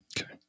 Okay